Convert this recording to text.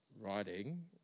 writing